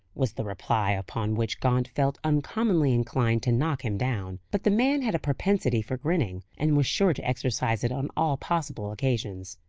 was the reply, upon which gaunt felt uncommonly inclined to knock him down. but the man had a propensity for grinning, and was sure to exercise it on all possible occasions.